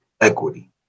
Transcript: equity